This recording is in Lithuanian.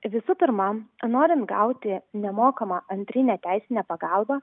visų pirma norint gauti nemokamą antrinę teisinę pagalbą